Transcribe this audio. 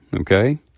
okay